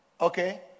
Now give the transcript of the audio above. Okay